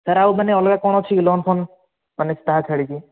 sir ଆଉ ମାନେ ଅଲଗା କ'ଣ ଅଛି କି ଲୋନ୍ ଫୋନ୍ ମାନେ ତା ଛାଡ଼ିକି